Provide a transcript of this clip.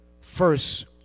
first